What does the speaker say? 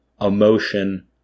emotion